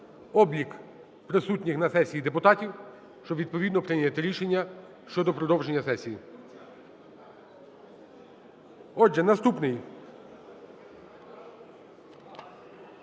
облік присутніх на сесії депутатів, щоб відповідно прийняти рішення щодо продовження сесії. Отже, наступний.